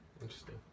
Interesting